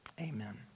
Amen